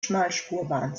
schmalspurbahn